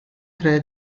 tre